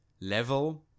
level